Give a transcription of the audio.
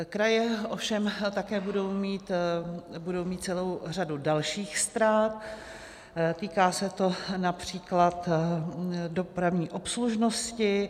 Kraje ovšem také budou mít celou řadu dalších ztrát, týká se to například dopravní obslužnosti.